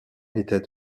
était